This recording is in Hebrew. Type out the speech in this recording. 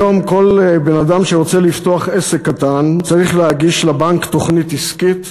היום כל בן-אדם שרוצה לפתוח עסק קטן צריך להגיש לבנק תוכנית עסקית,